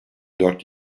dört